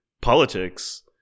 politics